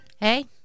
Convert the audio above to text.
hey